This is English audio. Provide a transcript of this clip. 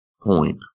point